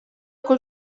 col